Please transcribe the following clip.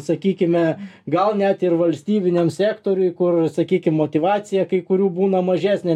sakykime gal net ir valstybiniam sektoriui kur sakykim motyvacija kai kurių būna mažesnė